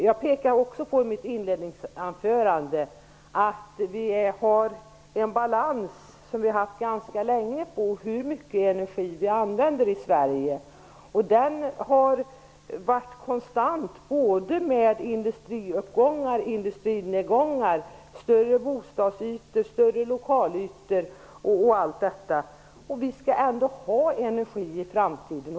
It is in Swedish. Jag pekade i mitt inledningsanförande på att vi har sedan länge en balans på den energi som används i Sverige. Den har varit konstant trots industriuppgångar, industrinedgångar, större bostadsytor och lokalytor. Vi skall ändå ha energi i framtiden.